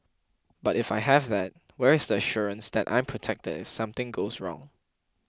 but if I have that where is the assurance that I'm protected if something goes wrong